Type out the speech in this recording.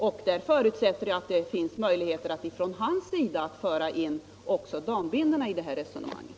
Jag förutsätter att han har möjligheter att föra in också frågan om dambindorna i det resonemanget.